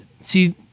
See